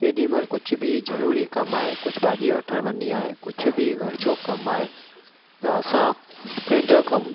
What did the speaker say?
केॾी महिल कुझ बि ज़रूरी कमु आहे कुझु भाॼी वठणु वञणी आहे कुझ बि घर जो कमु आहे त असां पंहिंजो कमु